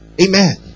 Amen